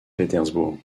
pétersbourg